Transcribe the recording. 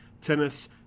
tennis